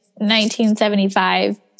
1975